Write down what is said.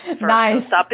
Nice